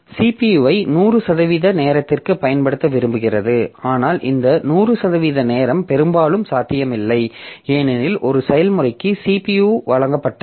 CPU ஐ 100 சதவிகித நேரத்திற்கு பயன்படுத்த விரும்புகிறது ஆனால் இந்த 100 சதவிகித நேரம் பெரும்பாலும் சாத்தியமில்லை ஏனெனில் ஒரு செயல்முறைக்கு CPU வழங்கப்பட்டது